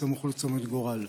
סמוך לצומת גורל.